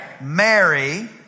Mary